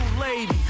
lady